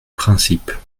principe